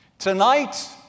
Tonight